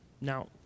now